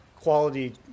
quality